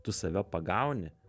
tu save pagauni